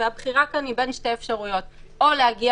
והבחירה כאן היא בין שתי אפשרויות: או להגיע